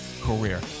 career